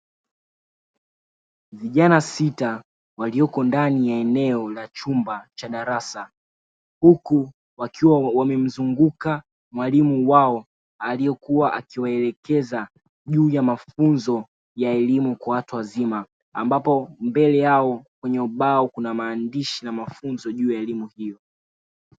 Vijana sita walioko ndani ya eneo la chumba cha darasa, huku wakiwa wamemzunguka mwalimu wao aliyekuwa akiwaelekeza juu ya mafunzo ya elimu ya watu wazima, ambapo mbele yao kwenye ubao kuna maandishi na mafunzo juu ya elimu hiyo.